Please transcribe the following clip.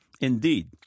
Indeed